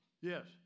Yes